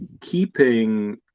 keeping